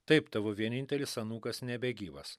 taip tavo vienintelis anūkas nebegyvas